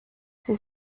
sie